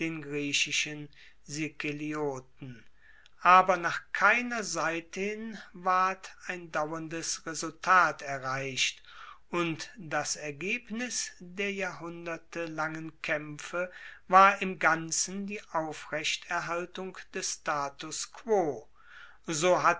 aber nach keiner seite hin ward ein dauerndes resultat erreicht und das ergebnis der jahrhunderte langen kaempfe war im ganzen die aufrechterhaltung des status quo so